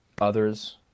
others